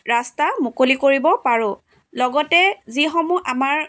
ৰাস্তা মুকলি কৰিব পাৰোঁ লগতে যিসমূহ আমাৰ